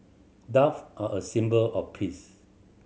dove are a symbol of peace